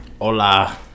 Hola